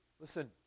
Listen